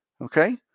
Okay